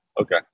Okay